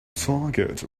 target